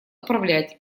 управлять